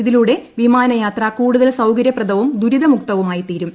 ഇതിലൂടെ വിമാനയാത്ര കൂടുതൽ സൌകര്യപ്രദവും ദുരിതമുക്തവുമായിത്തീരും